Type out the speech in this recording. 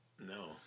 No